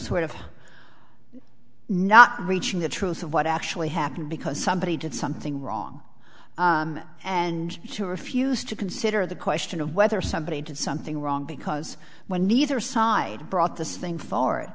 sort of not reaching the truth of what actually happened because somebody did something wrong and you refused to consider the question of whether somebody did something wrong because when neither side brought this thing for